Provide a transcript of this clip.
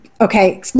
Okay